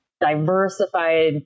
diversified